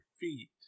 feet